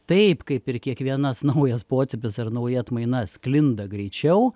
taip kaip ir kiekvienas naujas potipis ar nauja atmaina sklinda greičiau